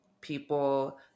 people